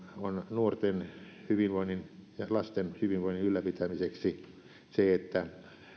nuorten hyvinvoinnin ja lasten hyvinvoinnin ylläpitämiseksi se että